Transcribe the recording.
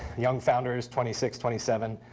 young founders, twenty six, twenty seven,